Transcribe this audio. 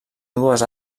dues